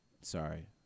Sorry